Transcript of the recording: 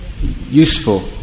useful